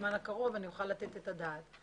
בזמן הקרוב ואני אוכל לתת את הדעת על כך.